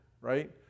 right